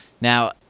Now